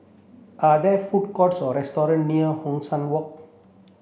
are there food courts or restaurant near Hong San Walk